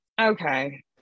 okay